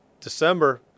December